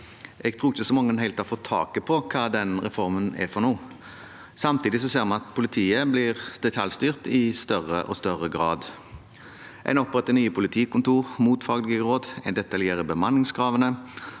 Jeg tror ikke så mange helt har fått taket på hva den reformen er for noe. Samtidig ser vi at politiet blir detaljstyrt i større og større grad. En oppretter nye politikontorer – mot faglige råd – en detaljerer bemanningskravene,